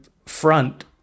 Front